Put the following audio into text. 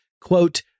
quote